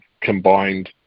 combined